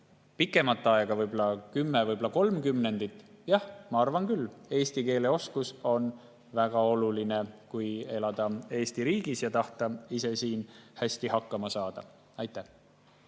pikemat aega, võib-olla kümnendi, võib-olla kolm kümnendit, siis jah, ma arvan küll. Eesti keele oskus on väga oluline, kui elada Eesti riigis ja tahta siin ise hästi hakkama saada. Kalle